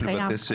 יש, קיים.